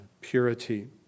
purity